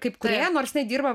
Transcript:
kaip kūrėja nors jinai dirba